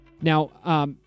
Now